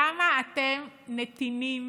למה אתם נתינים